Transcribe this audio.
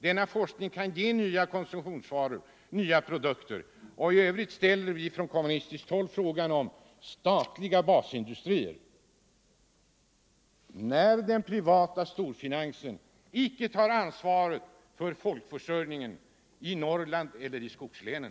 Denna forskning kan ge nya konsumtionsvaror, nya produkter och därmed nya arbetstillfällen. I övrigt ställer vi från kommunistiskt håll frågan om statliga basindustrier, då storfinansen icke tar ansvaret för folkförsörjningen i Norrland och i skogslänen.